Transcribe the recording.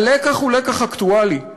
הלקח הוא לקח אקטואלי.